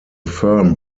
firm